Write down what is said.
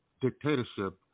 dictatorship